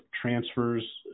transfers